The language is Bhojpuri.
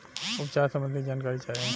उपचार सबंधी जानकारी चाही?